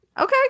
Okay